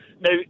Now